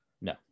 No